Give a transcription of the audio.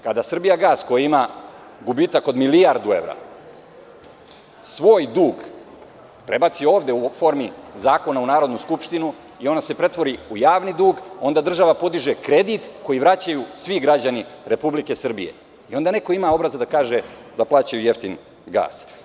Kada „Srbijagas“ koji ima gubitak od milijardu evra svoj dug prebaci ovde, u formi zakona, u Narodnu skupštinu i on se pretvori u javni dug, pa država podiže kredit koji vraćaju svi građani Republike Srbije i onda neko ima obraza da kaže da plaćaju jeftin gas.